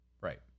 right